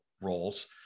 roles